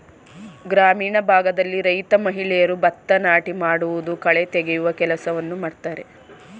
ಗ್ರಾಮೀಣ ಭಾಗದಲ್ಲಿ ರೈತ ಮಹಿಳೆಯರು ಭತ್ತ ನಾಟಿ ಮಾಡುವುದು, ಕಳೆ ತೆಗೆಯುವ ಕೆಲಸವನ್ನು ಮಾಡ್ತರೆ